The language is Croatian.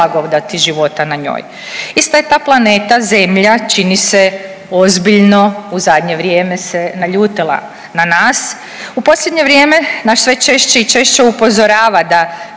blagodati života na njoj. Ista je ta planeta Zemlja, čini se, ozbiljno u zadnje vrijeme se naljutila na nas, u posljednje vrijeme nas sve češće i češće upozorava da